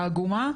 העגומה,